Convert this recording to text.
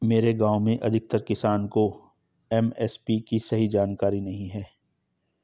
मेरे गांव में अधिकतर किसान को एम.एस.पी की सही जानकारी नहीं है